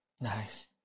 Nice